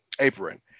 apron